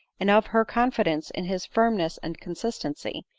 and of her confidence in his firmness and consistency,